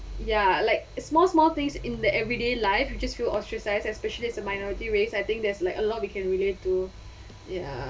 ya like small small things in the everyday life you just feel ostracized especially as a minority race I think there's like a lot we can relate to ya~